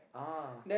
ah